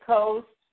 Coast